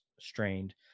strained